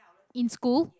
in school